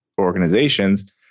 organizations